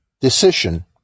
decision